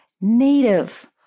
native